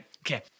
Okay